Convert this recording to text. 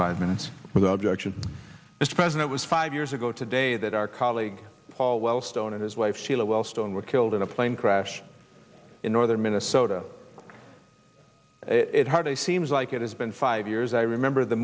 five minutes for the objection this president was five years ago today that our colleague paul wellstone and his wife sheila whilst on were killed in a plane crash in northern minnesota it hardly seems like it has been five years i remember the